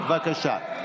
בבקשה.